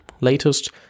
latest